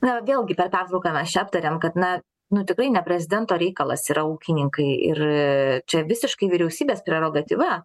na vėlgi per pertrauką mes čia aptarėm kad na nu tikrai ne prezidento reikalas yra ūkininkai ir čia visiškai vyriausybės prerogatyva